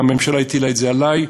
והממשלה הטילה את זה עלי.